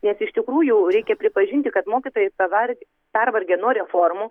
nes iš tikrųjų reikia pripažinti kad mokytojai pavargę pervargę nuo reformų